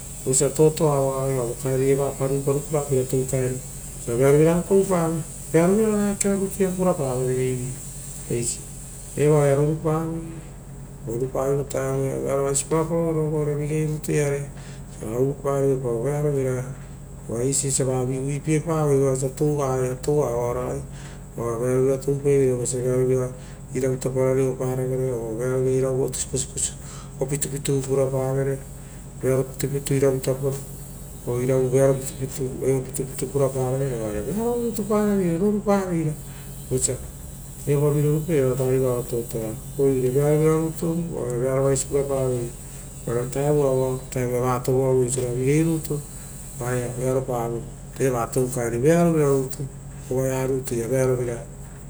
Vosia totoava raga evo kaeri rutu pa ruipapa peira vao ragai ravearo vira eakero rutu purapave vo vegei. Eva oaia roupavo rorupavo vo vataoia vearovaisi purapaoro vigei rutu iare. Vosia ragai uvuparivopao vearovira uva eisi osia vaovio uvuipiepavoi toua toua vao ragai, oavearovira toupai veira vosia vearovira iravutapo ora reopa ravere oo vearo vira opitupitava purapovere i ravara oo irava. Vearopa pitapita puraparevere vearo rutu paveira rorupavere, vosia evoavi rovu paiveira totoa vao ragai re. Oirevearovira rutu oaia vearo vaisi puraparoi vosia tauva vao oaia vatovoavo osiora vigei rutu vearo pavo eraia tou kaeri-vearovira rutu.